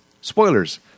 Spoilers